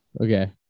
Okay